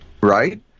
right